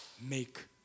make